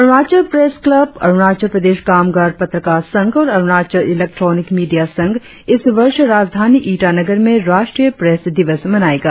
Arunachal press club Arunachal Pradesh कामगार पत्रकार संघ और अरुणाचल इलेक्ट्रॉनिक मीडिया संघ इस वर्ष राजधानी ईटानगर में राष्ट्रीय प्रेस दिवस मनाएगा